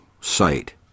site